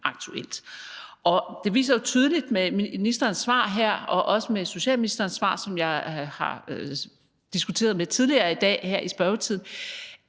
Det viser jo tydeligt med ministerens svar her og også med svaret fra socialministeren, som jeg har diskuteret med tidligere i dag her i spørgetiden,